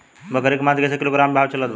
बकरी के मांस कईसे किलोग्राम भाव चलत बा?